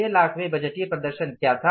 6 लाख में बजटिय प्रदर्शन क्या था